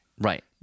Right